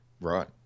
right